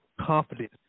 confidence